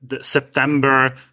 September